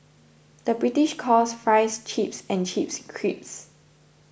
the British calls Fries Chips and Chips Crisps